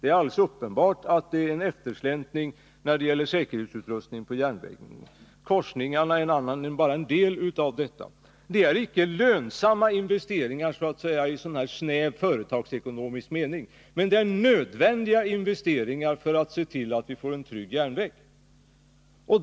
Det är alldeles uppenbart att det är en eftersläntring när det gäller säkerhetsutrustningen på järnvägen. Korsningarna är bara en del av detta. Det är icke lönsamma investeringar så att säga i snäv företagsekonomisk mening, men det är nödvändiga investeringar för att se till att vi får en trygg järnväg.